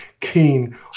keen